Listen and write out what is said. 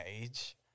age